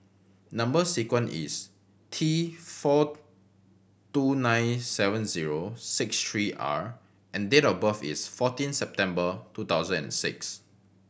number sequence is T four two nine seven zero six three R and date of birth is fourteen September two thousand and six